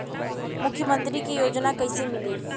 मुख्यमंत्री के योजना कइसे मिली?